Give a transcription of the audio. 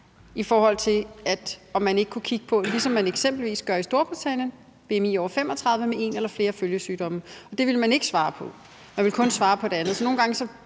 i forhold til om man ikke kunne kigge på, ligesom man eksempelvis gør i Storbritannien, en bmi på over 35 med en eller flere følgesygdomme, og det ville man ikke svare på; man ville kun svare på det andet.